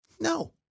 No